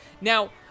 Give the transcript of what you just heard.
Now